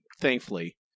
thankfully